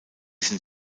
sind